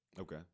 Okay